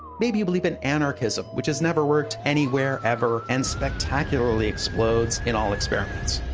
maybe you believe in anarchism, which has never worked anywhere ever and spectacularly explodes in all experiments.